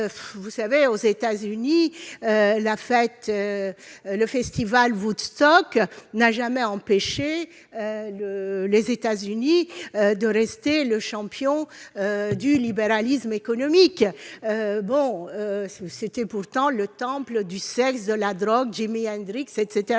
qui a élaboré ce texte. Le festival de Woodstock n'a pas empêché les États-Unis de demeurer le champion du libéralisme économique ! C'était pourtant le temple du sexe, de la drogue, de Jimi Hendrix, etc.